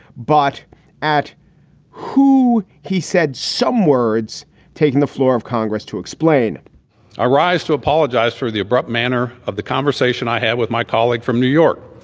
but at who he said some words taken the floor of congress to explain arrives to apologize for the abrupt manner of the conversation i had with my colleague from new york.